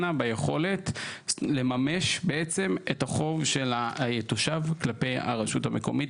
ביכולת לממש בעצם את החוב של התושב כלפי הרשות המקומית,